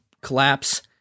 collapse